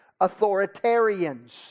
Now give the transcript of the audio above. authoritarians